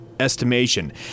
Estimation